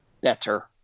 better